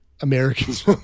Americans